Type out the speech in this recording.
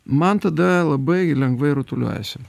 man tada labai lengvai rutuliojasi